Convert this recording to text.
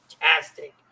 fantastic